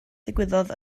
ddigwyddodd